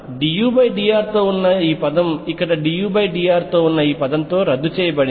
dudr తో ఉన్న పదం ఇక్కడ dudr తో రద్దు చేయబడింది